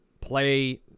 play